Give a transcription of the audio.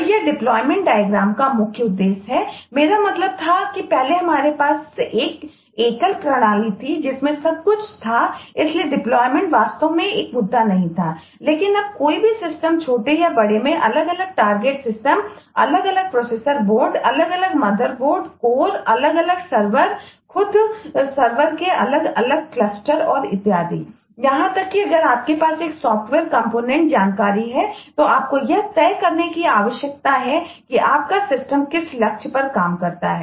तो यह डेप्लॉयमेंट डायग्रामकिस लक्ष्य पर काम करता है